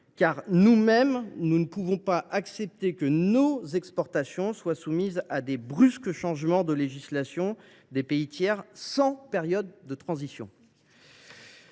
Nous mêmes, nous n’accepterions pas non plus que nos exportations soient soumises à de brusques changements de législation des pays tiers sans période de transition.